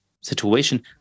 situation